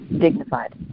dignified